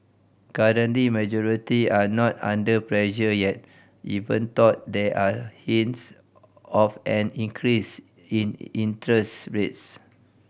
currently majority are not under pressure yet even though there are hints of an increase in interest rates